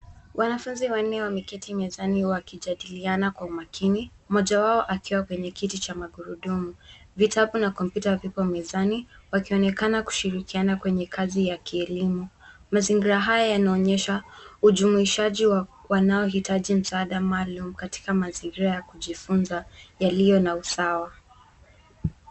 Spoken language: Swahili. Wanafunzi wanne wameketi mezani wakijadiliana kwa umakini, mmoja wao akiwa kwenye kiti cha magurudumu. Vitabu na kompyuta vipo mezani wakionekana kushirikiana kwenye kazi ya kielimu. Mazingira haya yanaonyesha ujumuishaji wa wanaohitaji msaada maalum katika mazingira ya kujifunza yaliyo na usawa.